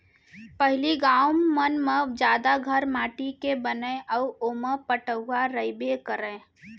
पहिली गॉंव मन म जादा घर माटी के बनय अउ ओमा पटउहॉं रइबे करय